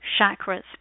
chakras